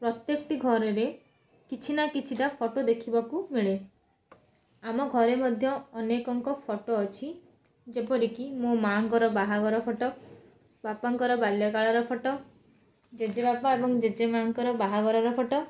ପ୍ରତ୍ୟେକଟି ଘରରେ କିଛି ନା କିଛିଟା ଫଟୋ ଦେଖିବାକୁ ମିଳେ ଆମ ଘରେ ମଧ୍ୟ ଅନେକଙ୍କ ଫଟୋ ଅଛି ଯେପରିକି ମୋ ମାଙ୍କର ବାହାଘର ଫଟୋ ବାପାଙ୍କର ବାଲ୍ୟକାଳର ଫଟୋ ଜେଜେବାପା ଏବଂ ଜେଜେମାଙ୍କ ବାହାଘରର ଫଟୋ